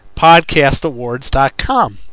podcastawards.com